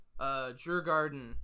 Jurgarden